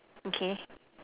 okay